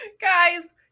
Guys